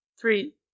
Three